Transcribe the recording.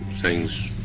things,